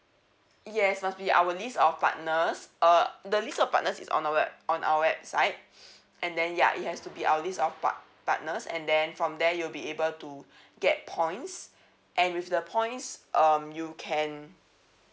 yes must be our list of partners uh the list of partners is on our web on our website and then ya it has to be our list of part partners and then from there you'll be able to get points and with the points um you can